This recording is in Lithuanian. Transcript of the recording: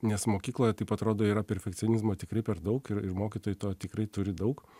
nes mokykloje taip atrodo yra perfekcionizmo tikrai per daug ir mokytojai to tikrai turi daug